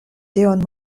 tion